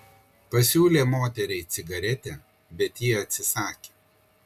pasiūlė moteriai cigaretę bet ji atsisakė